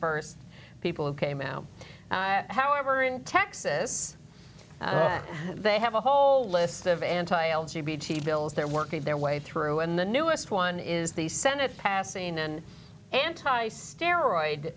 those st people who came out however in texas they have a whole list of anti l g b t bills they're working their way through and the newest one is the senate passing an anti steroid